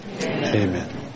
Amen